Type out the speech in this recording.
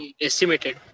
Estimated